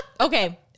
Okay